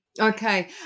Okay